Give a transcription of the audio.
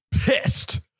pissed